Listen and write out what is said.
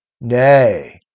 Nay